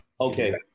Okay